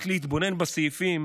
רק להתבונן בסעיפים